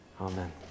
Amen